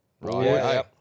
Right